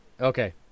Okay